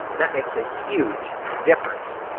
that makes a huge difference.